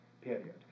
period